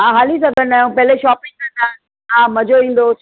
हा हली सघंदा आहियूं पहले शॉपिंग कंदासीं हा मज़ो ईंदो